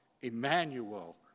Emmanuel